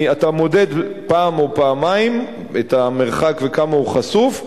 אתה מודד פעם או פעמיים את המרחק וכמה הוא חשוף,